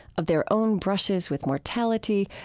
of their own brushes with mortality,